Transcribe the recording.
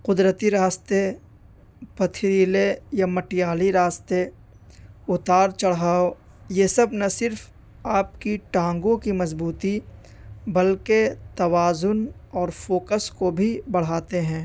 قدرتی راستے پتھریلے یا مٹیالی راستے اتار چڑھاؤ یہ سب نہ صرف آپ کی ٹانگوں کی مضبوطی بلکہ توازن اور فوکس کو بھی بڑھاتے ہیں